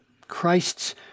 Christ's